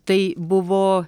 tai buvo